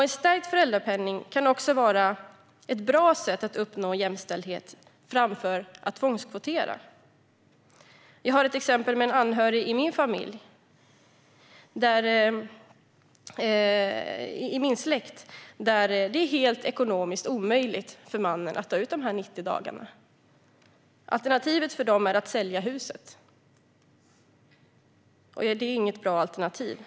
En stärkt föräldrapenning kan också vara ett bra sätt att uppnå jämställdhet framför att tvångskvotera. Jag har ett exempel från en familj i min släkt. För mannen är det ekonomiskt helt omöjligt att ta ut de 90 dagarna. Ett alternativ för dem är att sälja huset, och det är inget bra alternativ.